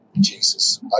Jesus